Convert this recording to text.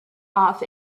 off